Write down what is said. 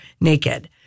naked